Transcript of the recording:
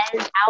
out